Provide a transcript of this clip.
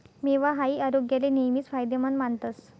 मेवा हाई आरोग्याले नेहमीच फायदेमंद मानतस